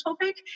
topic